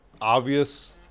obvious